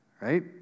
right